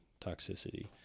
toxicity